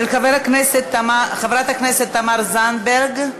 של חברת הכנסת תמר זנדברג.